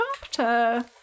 chapter